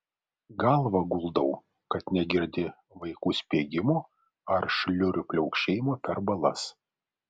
galvą guldau kad negirdi vaikų spiegimo ar šliurių pliaukšėjimo per balas